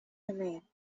domain